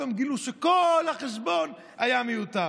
פתאום גילו שכל החשבון היה מיותר.